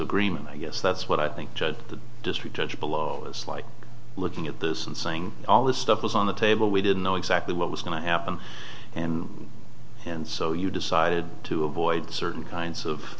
agreement i guess that's what i think the district judge below is like looking at this and saying all this stuff was on the table we didn't know exactly what was going to happen and so you decided to avoid certain kinds of